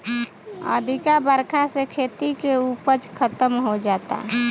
अधिका बरखा से खेती के उपज खतम हो जाता